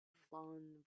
flung